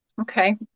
Okay